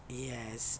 yes